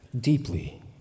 deeply